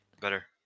Better